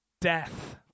Death